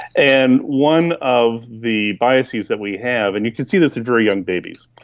and one of the biases that we have, and you can see this in very young babies,